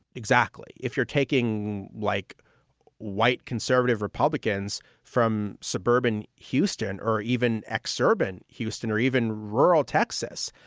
exactly. if you're taking like white conservative republicans from suburban houston or even ex-urban houston or even rural texas,